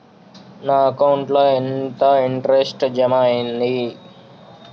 నా అకౌంట్ ల ఎంత ఇంట్రెస్ట్ జమ అయ్యింది?